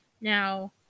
now